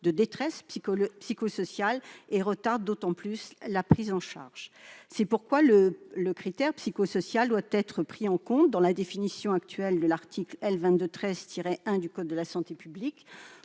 de détresse psychosociale et retarde d'autant plus leur prise en charge. C'est pourquoi le critère psychosocial doit être pris en compte et ajouté à la définition de l'article L. 2213-1 du code de la santé publique